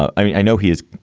i know he is.